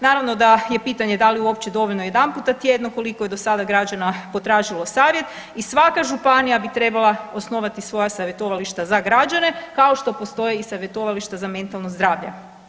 Naravno da je pitanje da li je uopće dovoljno jedanputa tjedno, koliko je do sada građana potražilo savjet i svaka županija bi trebala osnovati svoja savjetovališta za građane, kao što postoji i savjetovalište za mentalno zdravlje.